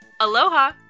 Aloha